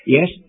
Yes